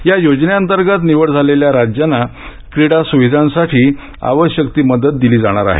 या योजने अंतर्गत निवड झालेल्या राज्यांना क्रीडा सुविधांसाठी आवश्यक ती मदत दिली जाणार आहे